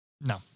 No